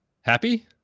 happy